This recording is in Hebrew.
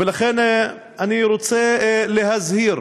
ולכן אני רוצה להזהיר